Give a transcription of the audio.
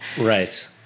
Right